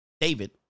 David